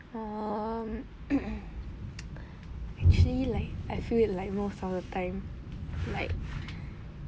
um actually like I feel it like most of the time like